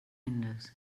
windows